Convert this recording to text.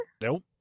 Nope